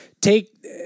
take